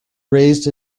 raised